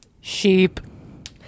Sheep